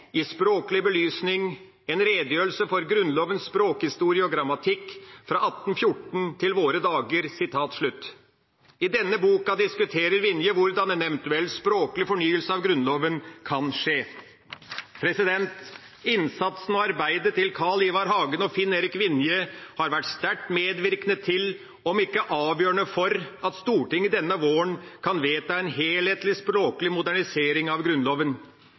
i språklig belysning: om språket i Grunnloven», en redegjørelse for Grunnlovens språkhistorie og grammatikk fra 1814 til våre dager. I denne boka diskuterer Vinje hvordan en eventuell språklig fornyelse av Grunnloven kan skje. Innsatsen og arbeidet til Carl Ivar Hagen og Finn-Erik Vinje har vært sterkt medvirkende til – om ikke avgjørende for – at Stortinget denne våren kan vedta en helhetlig språklig modernisering av Grunnloven.